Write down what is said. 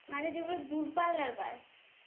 মানে যেগুলো দূরপাল্লার বাস